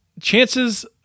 chances